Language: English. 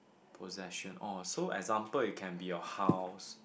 possession oh so example it can be your house